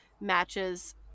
matches